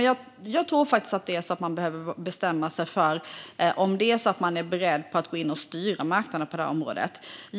Jag tror faktiskt att det är så att man behöver bestämma sig för om man är beredd att gå in och styra marknaden på det här området.